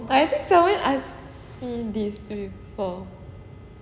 but I think someone ask me this before